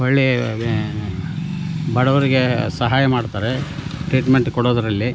ಒಳ್ಳೆಯ ಬಡವರಿಗೆ ಸಹಾಯ ಮಾಡ್ತಾರೆ ಟ್ರೀಟ್ಮೆಂಟ್ ಕೊಡೋದರಲ್ಲಿ